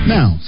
Now